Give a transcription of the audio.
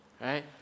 right